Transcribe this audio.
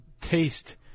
taste